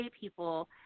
People